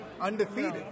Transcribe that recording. Undefeated